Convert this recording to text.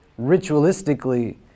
ritualistically